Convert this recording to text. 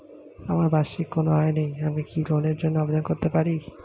আমার বার্ষিক কোন আয় নেই আমি কি লোনের জন্য আবেদন করতে পারি?